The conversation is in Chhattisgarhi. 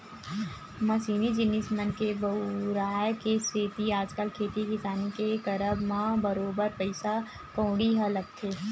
मसीनी जिनिस मन के बउराय के सेती आजकल खेती किसानी के करब म बरोबर पइसा कउड़ी ह लगथे